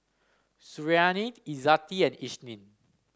Suriani Izzati and Isnin